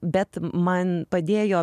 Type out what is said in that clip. bet man padėjo